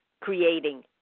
creating